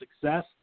success